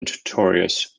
notorious